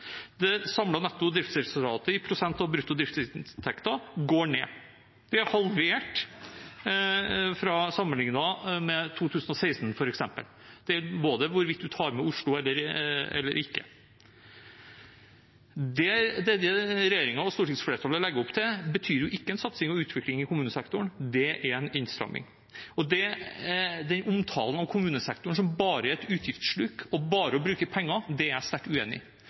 Det samlede netto driftsresultatet i prosent av brutto driftsinntekter går ned. Det er halvert sammenlignet med f.eks. 2016, uansett om man tar med Oslo eller ikke. Det regjeringen og stortingsflertallet legger opp til, betyr ikke en satsing og utvikling i kommunesektoren; det er en innstramning. Den omtalen av kommunesektoren som bare et utgiftssluk og bare å bruke penger, er jeg sterkt uenig i. Det å investere i velferd til folk, det å gi en barnehageplass så foreldrene kan komme seg ut i